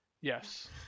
yes